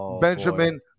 Benjamin